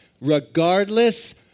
regardless